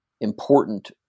important